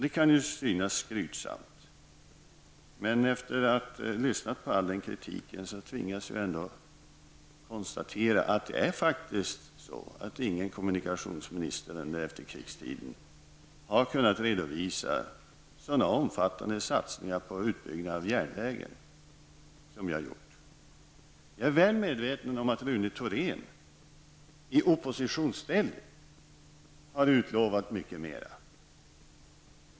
Det kan synas skrytsamt, men efter att ha lyssnat på all kritik tvingas jag faktiskt konstatera att ingen kommunikationsminister under efterkrigstiden har kunnat redovisa sådana omfattande satsningar på utbyggnad av järnvägen som jag har gjort. Jag är väl medveten om att Rune Thorén i oppositionsställning har utlovat mycket mera.